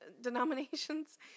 denominations